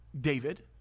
David